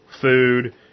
food